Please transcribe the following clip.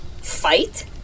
fight